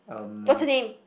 what's her name